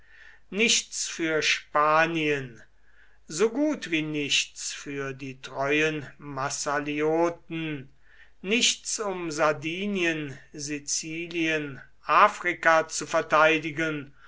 nichts für spanien so gut wie nichts für die treuen massalioten nichts um sardinien sizilien afrika zu verteidigen